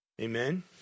Amen